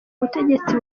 ubutegetsi